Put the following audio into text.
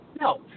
No